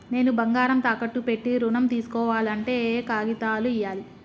నేను బంగారం తాకట్టు పెట్టి ఋణం తీస్కోవాలంటే ఏయే కాగితాలు ఇయ్యాలి?